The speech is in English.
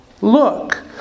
Look